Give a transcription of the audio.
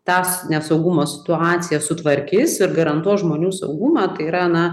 tas nesaugumo situaciją sutvarkis ir garantuos žmonių saugumą tai yra na